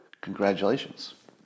Congratulations